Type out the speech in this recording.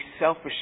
selfish